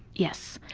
yes.